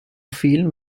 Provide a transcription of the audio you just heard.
film